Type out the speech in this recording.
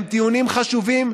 הם טיעונים חשובים,